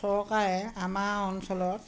চৰকাৰে আমাৰ অঞ্চলত